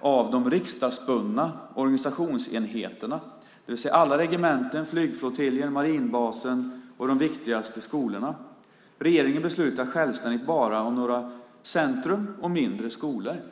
av de riksdagsbundna organisationsenheterna, det vill säga alla regementen, flygflottiljer, Marinbasen och de viktigaste skolorna. Regeringen beslutar självständigt endast om några centrum och mindre skolor.